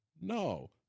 No